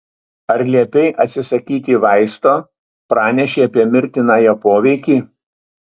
ar liepei atsisakyti vaisto pranešei apie mirtiną jo poveikį